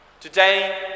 Today